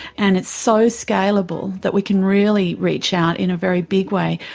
and it's so scalable that we can really reach out in a very big way.